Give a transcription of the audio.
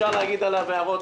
אפשר להגיד עליו הערות.